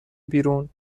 بیرون